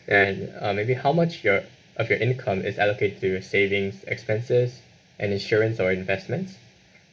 and uh maybe how much your of your income is allocate to your savings expenses and insurance or investments